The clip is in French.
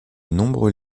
nombreux